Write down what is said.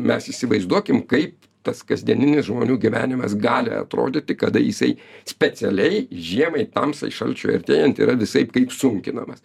mes įsivaizduokim kaip tas kasdieninis žmonių gyvenimas gali atrodyti kada jisai specialiai žiemai tamsai šalčiui artėjant yra visaip kaip sunkinamas